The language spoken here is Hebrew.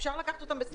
אפשר לקחת אותם בשקית.